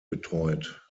betreut